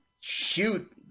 shoot